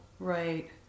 Right